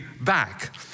back